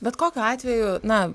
bet kokiu atveju na